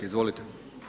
Izvolite.